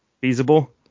feasible